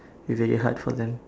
very hard for them